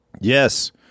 yes